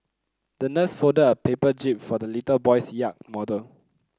the nurse folded a paper jib for the little boy's yacht model